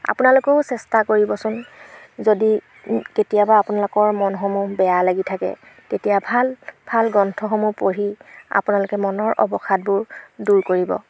আপোনালোকেও চেষ্টা কৰিবচোন যদি কেতিয়াবা আপোনালোকৰ মনসমূহ বেয়া লাগি থাকে তেতিয়া ভাল ভাল গ্ৰন্থসমূহ পঢ়ি আপোনালোকে মনৰ অৱসাদবোৰ দূৰ কৰিব